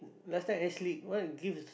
last time air slip what gifts